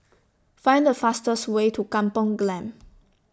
Find The fastest Way to Kampung Glam